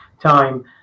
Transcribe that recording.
time